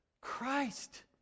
Christ